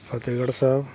Fatehgarh Sahib